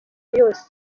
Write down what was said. yose